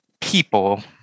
people